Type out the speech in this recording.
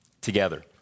together